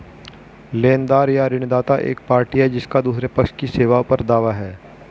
लेनदार या ऋणदाता एक पार्टी है जिसका दूसरे पक्ष की सेवाओं पर दावा है